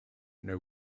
know